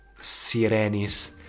Sirenis